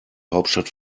hauptstadt